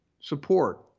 support